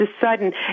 sudden